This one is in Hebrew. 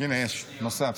הינה, יש, נסע.